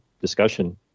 discussion